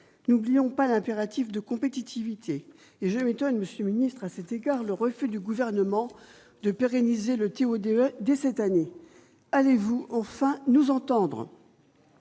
n'oublions pas l'impératif de compétitivité et je m'étonne Monsieur le ministre, à cet égard le refus du gouvernement de pérenniser le TO-DE dès cette année, allez-vous enfin nous entendre.